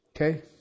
Okay